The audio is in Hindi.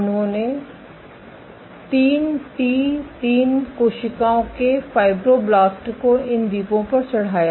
उन्होने 3टी3 कोशिकाओं के फाइब्रोब्लास्ट को इन द्वीपों पर चढ़ाया